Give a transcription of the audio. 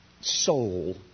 soul